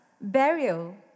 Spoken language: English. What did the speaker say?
burial